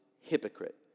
hypocrite